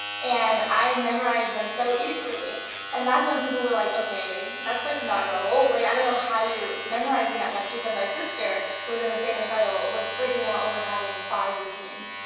and i memorized them so easily and that's when people were like, okay, that's like not normal. like i don't know how you're memorizing that much, because my sister who was in the same recital was freaking out over having five routines.